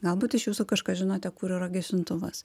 galbūt iš jūsų kažkas žinote kur yra gesintuvas